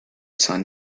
sun